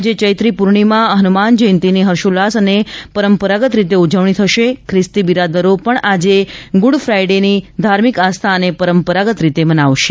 આજે ચૈત્રિ પૂર્ણિમા હનુમાન જયંતીની હર્ષોલ્લાસ અને પરંપરાગત રીતે ઉજવણી થશે ખ્રિસ્તી બિરાદરો આજે ગુડપ્ફાઇડે ધ્રામિક આસ્થા અને પરંપરાગત રીતે મનાવશે